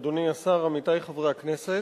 תודה רבה, אדוני השר, עמיתי חברי הכנסת,